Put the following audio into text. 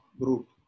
group